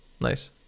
Nice